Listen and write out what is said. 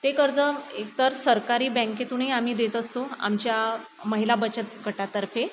ते कर्ज एक तर सरकारी बँकेतूनही आम्ही देत असतो आमच्या महिला बचतगटातर्फे